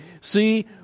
see